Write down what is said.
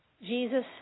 Jesus